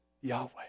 Yahweh